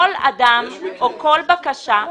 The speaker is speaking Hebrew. כל אדם או כל בקשה.